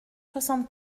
soixante